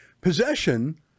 Possession